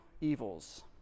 evils